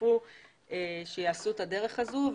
שהצטרפו שיעשו את הדרך הזו.